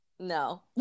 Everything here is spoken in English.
No